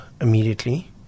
immediately